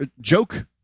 joke